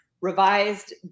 revised